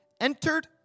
entered